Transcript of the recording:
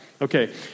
Okay